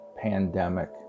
pandemic